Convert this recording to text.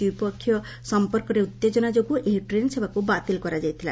ଦ୍ୱିପକ୍ଷୀୟ ସମ୍ପର୍କରେ ଉତ୍ତେଜନା ଯୋଗୁଁ ଏହି ଟ୍ରେନ୍ ସେବାକୁ ବାତିଲ କରାଯାଇଥିଲା